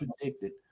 predicted